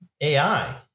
AI